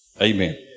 amen